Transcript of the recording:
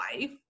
life